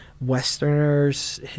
Westerners